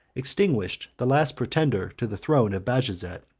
extinguished the last pretender to the throne of bajazet,